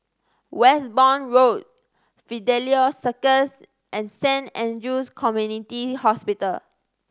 Westbourne Road Fidelio Circus and Saint Andrew's Community Hospital